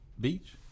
beach